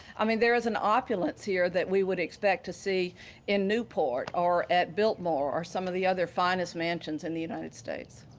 i mean, there is an opulence here that we would expect to see in newport or at biltmore or some of the other finest mansions in the united states.